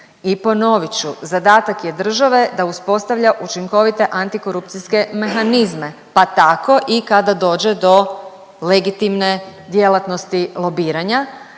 I ponovit ću, zadatak je države da uspostavlja učinkovite antikorupcijske mehanizme, pa tako i kada dođe do legitimne djelatnosti lobiranja,